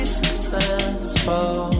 successful